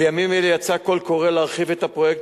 בימים אלה יצא קול קורא להרחיב את הפרויקט